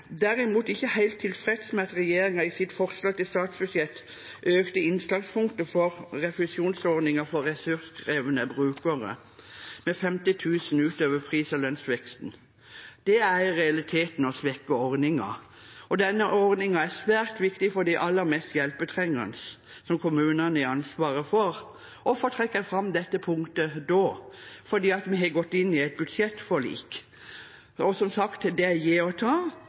derimot ikke helt tilfredse med at regjeringen i sitt forslag til statsbudsjett økte innslagspunktet for refusjonsordningen for ressurskrevende brukere med 50 000 kr utover pris- og lønnsveksten. Det er i realiteten å svekke ordningen. Denne ordningen er svært viktig for de aller mest hjelpetrengende som kommunene har ansvaret for. Hvorfor trekker jeg fram dette punktet da? Fordi vi har gått inn i et budsjettforlik. Som sagt, det er å gi og ta,